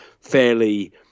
fairly